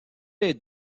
les